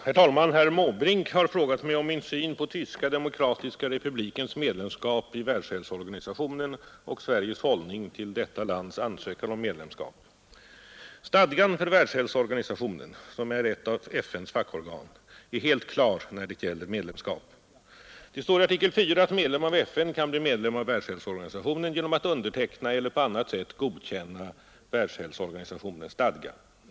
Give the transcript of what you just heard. Herr talman! Herr Måbrink har frågat mig om min syn på Tyska demokratiska republikens medlemskap i WHO och Sveriges hållning till detta lands ansökan om medlemskap. Stadgan för Världshälsoorganisationen, som är ett av FN:s fackorgan, är helt klar när det gäller medlemskap. Där står i artikel 4 att medlem av FN kan bli medlem av WHO genom att underteckna eller på annat sätt godkänna WHO:s stadga.